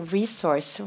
resource